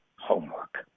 homework